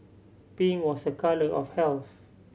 pink was a colour of health